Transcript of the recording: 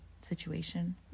situation